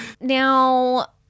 Now